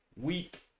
Week